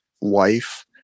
wife